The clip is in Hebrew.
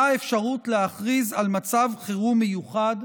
האפשרות להכריז על מצב חירום מיוחד,